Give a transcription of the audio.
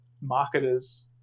marketers